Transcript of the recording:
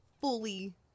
fully